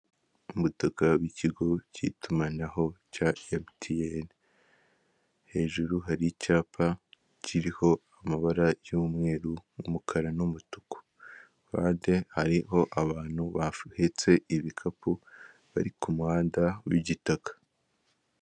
Umutaka w'ikigo cy'itumanaho cya mtn hejuru hari icyapa kiriho amabara y'umweru umukara n'umutuku bade hariho abantu bafuhetse ibikapu bari ku muhanda w'igitaka.